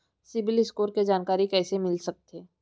CIBIL score के जानकारी कइसे मिलिस सकथे?